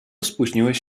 spóźniłeś